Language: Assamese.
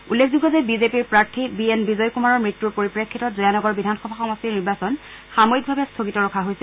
উল্লেখযোগ্য যে বিজেপিৰ প্ৰাৰ্থী বি এন বিজয় কুমাৰৰ মৃত্যুৰ পৰিপ্ৰেক্ষিতত জয়ানগৰ বিধানসভা সমষ্টিৰ নিৰ্বাচন সাময়িকভাৱে স্থগিত ৰখা হৈছে